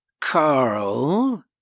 Carl